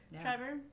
trevor